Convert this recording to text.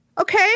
okay